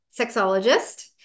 sexologist